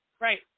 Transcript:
Right